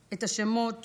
את השמות